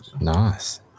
Nice